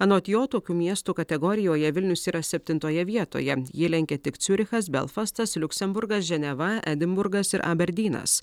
anot jo tokių miestų kategorijoje vilnius yra septintoje vietoje jį lenkia tik ciurichas belfastas liuksemburgas ženeva edinburgas ir aberdynas